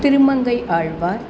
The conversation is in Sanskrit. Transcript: तिरुमङ्गै आल्वार्